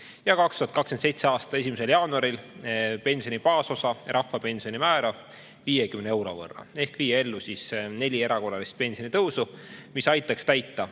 ja 2027. aasta 1. jaanuaril pensioni baasosa ja rahvapensioni määra 50 euro võrra ehk viia ellu neli erakorralist pensionitõusu, mis aitaks täita